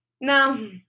no